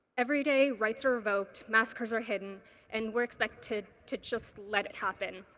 every day, rights are revoked massacres are hidden and we are expected to just let it happen.